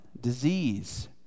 disease